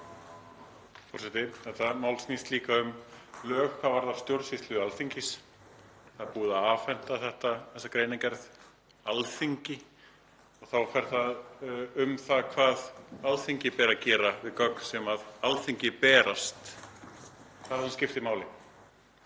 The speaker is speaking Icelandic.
Þetta mál snýst líka um lög hvað varðar stjórnsýslu Alþingis. Það er búið að afhenda þessa greinargerð Alþingi og þá á þar við hvað Alþingi ber að gera við gögn sem Alþingi berast. Það er það sem skiptir máli.